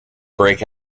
break